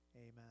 Amen